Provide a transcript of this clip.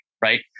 right